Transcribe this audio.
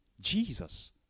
Jesus